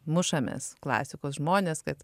mušamės klasikos žmonės kad